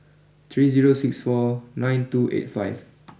three zero six four nine two eight five